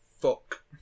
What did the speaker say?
Fuck